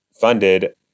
funded